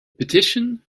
petition